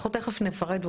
אנחנו תיכף נפרט.